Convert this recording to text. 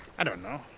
i don't know,